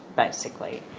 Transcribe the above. basically.